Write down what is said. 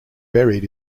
buried